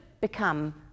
become